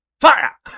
Fire